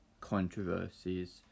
controversies